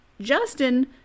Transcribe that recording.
Justin